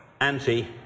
anti